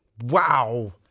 Wow